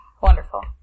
Wonderful